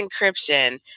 encryption